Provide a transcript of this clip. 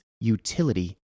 utility